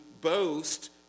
boast